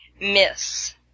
Miss